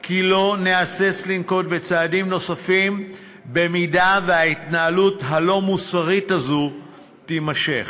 כי לא נהסס לנקוט צעדים נוספים אם ההתנהלות הלא-מוסרית הזאת תימשך.